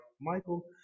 michael